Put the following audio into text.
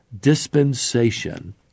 dispensation